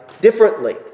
differently